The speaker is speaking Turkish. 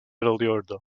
alıyordu